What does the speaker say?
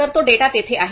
तर तो डेटा येथे आहे